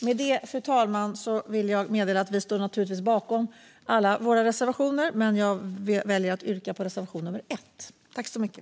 Med detta, fru talman, vill jag meddela att vi naturligtvis står bakom alla våra reservationer. Men jag väljer att yrka bifall endast till reservation nummer 1.